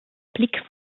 blick